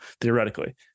theoretically